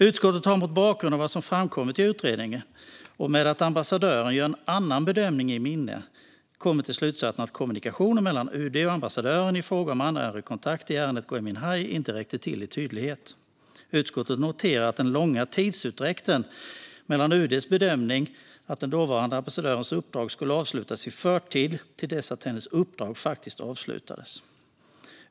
Utskottet har mot bakgrund av vad som framkommit i utredningen, och med det faktum att ambassadören gör en annan bedömning i minne, kommit fram till slutsatsen att kommunikationen mellan UD och ambassadören i fråga om anhörigkontakter i ärendet Gui Minhai inte räckte till i tydlighet. Gransknings-betänkande våren 2021Vissa frågor om regeringens ansvarför förvaltningen Utskottet noterar den långa tidsutdräkten mellan UD:s bedömning att den dåvarande ambassadörens uppdrag skulle avslutas i förtid och att hennes uppdrag faktiskt avslutades.